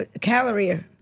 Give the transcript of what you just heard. calorie